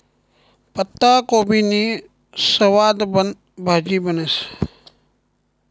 पत्ताकोबीनी सवादबन भाजी बनस